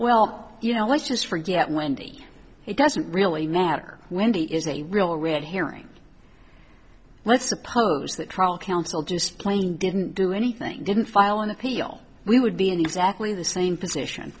well you know let's just forget wendy it doesn't really matter wendy is a real red herring let's suppose that tribal council just plain didn't do anything didn't file an appeal we would be in exactly the same position